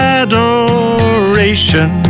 adoration